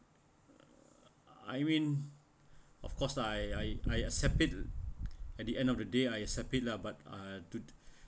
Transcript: I mean of course lah I I I accept it at the end of the day I accept it lah but uh to